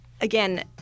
again